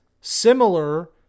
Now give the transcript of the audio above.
similar